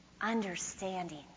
Understanding